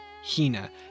Hina